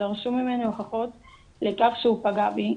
דרשו ממני הוכחות לכך שהוא פגע בי.